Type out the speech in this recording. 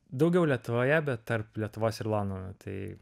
daugiau lietuvoje bet tarp lietuvos ir londono tai